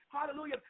hallelujah